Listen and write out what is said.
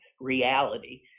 reality